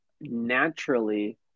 naturally